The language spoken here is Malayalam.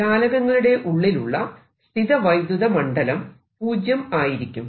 ചാലകങ്ങളുടെ ഉള്ളിലുള്ള സ്ഥിത വൈദ്യുത മണ്ഡലം പൂജ്യം ആയിരിക്കും